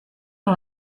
non